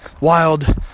wild